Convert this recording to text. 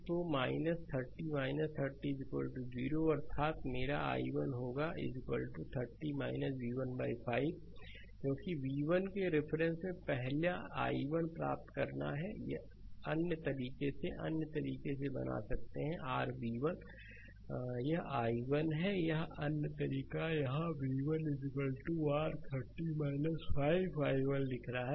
तो 30 30 0 अर्थात मेरा i1 होगा 30 v1 5 क्योंकि v1 के रेफरेंस में पहला i1 प्राप्त करना है या अन्य तरीके से अन्य तरीके से बना सकते हैं कि r v1 यह i1 है या अन्य तरीका यहाँ v1 r 30 5 i1 लिख रहा है